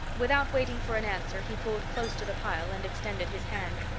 without waiting for an answer he pulled close to the pile and extended his hand.